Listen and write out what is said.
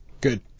Good